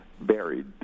buried